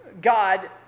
God